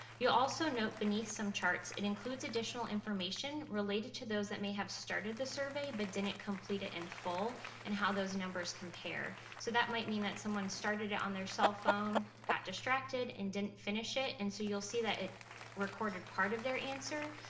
you'll also note beneath some charts, it includes some additional information related to those that may have started the survey but didn't complete it in full and how those numbers compare. so that might mean that someone started it on their cellphone, got distracted, and didn't finish it. and so you'll see that it recorded part of their answer.